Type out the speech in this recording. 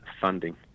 funding